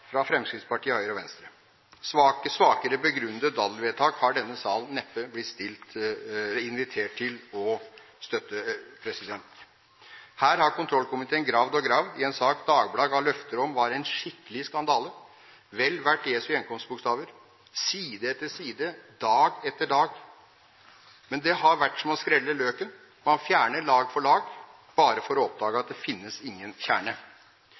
fra Fremskrittspartiet, Høyre og Venstre. Et svakere begrunnet forslag om daddelvedtak har denne salen neppe blitt invitert til å støtte. Her har kontrollkomiteen gravd og gravd i en sak Dagbladet ga løfter om var en skikkelig skandale – vel verdt «Jesu gjenkomst»-bokstaver, side etter side, dag etter dag. Men det har vært som å skrelle løken: Man fjerner lag for lag – bare for å oppdage at det finnes ingen kjerne.